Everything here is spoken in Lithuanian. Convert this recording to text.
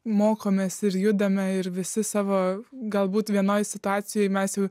mokomės ir judame ir visi savo galbūt vienoj situacijoj mes jau